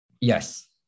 Yes